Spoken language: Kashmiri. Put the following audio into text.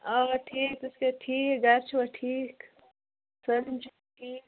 آ ٹھیٖک ژٕ چھَکھا ٹھیٖک گرِ چھِوا ٹھیٖک سٲلِم چھا ٹھیٖک